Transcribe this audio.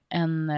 en